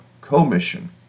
commission